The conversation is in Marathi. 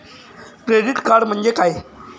क्रेडिट कार्ड म्हणजे काय?